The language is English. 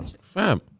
Fam